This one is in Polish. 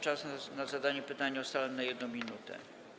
Czas na zadanie pytania ustalam na 1 minutę.